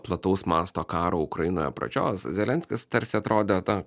plataus masto karo ukrainoje pradžios zelenskis tarsi atrodė ta